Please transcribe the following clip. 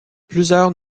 plusieurs